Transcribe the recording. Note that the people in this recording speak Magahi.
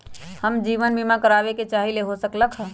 हम जीवन बीमा कारवाबे के चाहईले, हो सकलक ह?